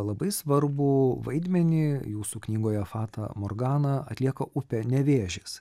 labai svarbų vaidmenį jūsų knygoje fata morgana atlieka upė nevėžis